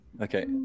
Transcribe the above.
Okay